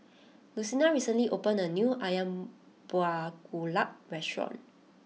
Lucina recently opened a new Ayam Buah Keluak restaurant